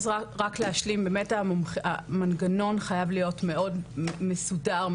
באמת המנגנון חייב להיות מאוד מסודר,